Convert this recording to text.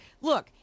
look